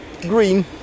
green